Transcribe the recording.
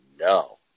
no